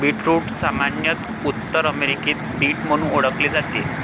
beetroot सामान्यत उत्तर अमेरिकेत बीट म्हणून ओळखले जाते